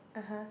(uh huh)